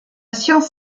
science